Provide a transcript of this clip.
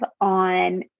on